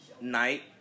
night